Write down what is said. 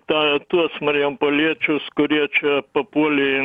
tą tuos marijampoliečius kurie čia papuolė